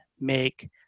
make